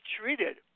treated